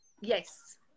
Yes